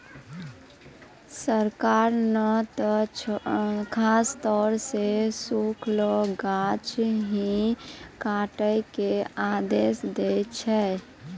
सरकार नॅ त खासतौर सॅ सूखलो गाछ ही काटै के आदेश दै छै